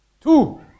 Two